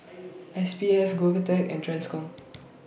S P F Govtech and TRANSCOM